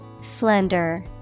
slender